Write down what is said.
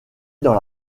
dans